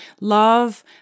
love